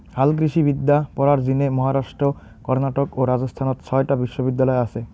হালকৃষিবিদ্যা পড়ার জিনে মহারাষ্ট্র, কর্ণাটক ও রাজস্থানত ছয়টা বিশ্ববিদ্যালয় আচে